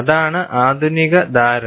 അതാണ് ആധുനിക ധാരണ